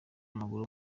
w’amaguru